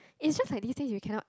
it's just like these days you cannot